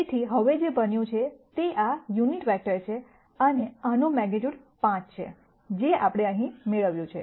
તેથી હવે જે બન્યું છે તે આ યુનિટ વેક્ટર છે અને આનું મેગ્નીટ્યૂડ 5 છે જે આપણે અહીં મેળવ્યું છે